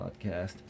podcast